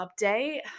update